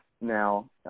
Now